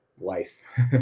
life